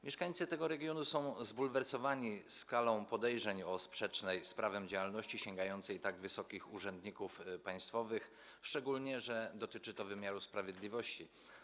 Mieszkańcy tego regionu są zbulwersowani skalą podejrzeń o sprzeczną z prawem działalność sięgającą tak wysokich urzędników państwowych, szczególnie że dotyczy to wymiaru sprawiedliwości.